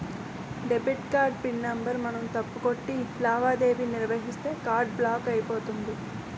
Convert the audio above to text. debit card PIN number మనం తప్పు కొట్టి లావాదేవీ నిర్వహిస్తే కార్డు బ్లాక్ అయిపోతుంది